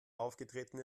aufgetreten